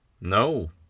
No